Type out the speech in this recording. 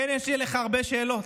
כן, יש לי אליך הרבה שאלות: